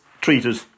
treated